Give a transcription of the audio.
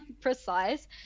precise